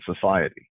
society